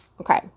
Okay